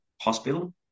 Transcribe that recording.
hospital